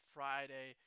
Friday